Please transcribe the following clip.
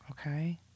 Okay